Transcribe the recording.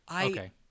Okay